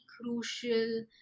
crucial